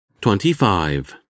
Twenty-five